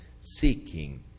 seeking